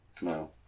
No